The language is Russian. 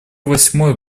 восьмой